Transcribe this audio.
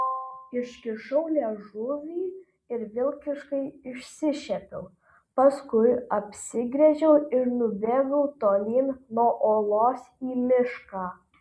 iškišau liežuvį ir vilkiškai išsišiepiau paskui apsigręžiau ir nubėgau tolyn nuo olos į mišką